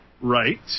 right